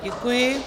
Děkuji.